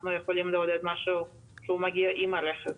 אנחנו יכולים לעודד משהו שמגיע עם הרכב.